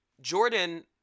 Jordan